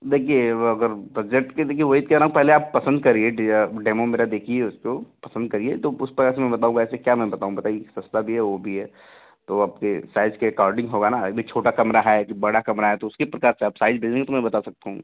देखिए अगर प्रोजेक्ट के देखिए वही तो कह रहा हूँ पहले आप पसंद करिए डेमो मेरा देखिए उसको पसंद करिए तो उस प्रकार से मैं बताऊँ ऐसे क्या मैं बताऊँ बताइए सस्ता भी है वो भी है तो आपके साइज के एकॉर्डिंग होगा ना अब ये छोटा कमरा है कि बड़ा कमरा है तो उसी प्रकार से आप साइज भेजेंगे तो मैं बता सकता हूँ